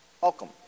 welcome